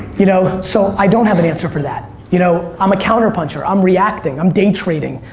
you know so i don't have an answer for that. you know i'm a counter-puncher. i'm reacting. i'm day trading.